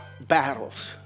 battles